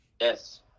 Yes